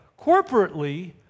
corporately